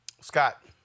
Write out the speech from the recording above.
Scott